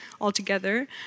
altogether